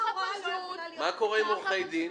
מה קורה עם עורכי דין?